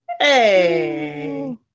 Hey